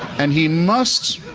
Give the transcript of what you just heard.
and he must,